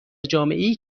جامعهای